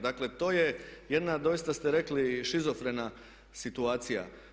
Dakle, to je jedna doista ste rekli šizofrena situacija.